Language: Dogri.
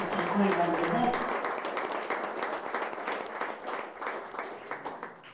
अच्छा अच्छा कोई गल्ल निं ते